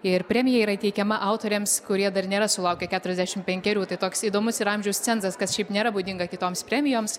ir premija yra įteikiama autoriams kurie dar nėra sulaukę keturiasdešimt penkerių tai toks įdomus ir amžiaus cenzas kas šiaip nėra būdinga kitoms premijoms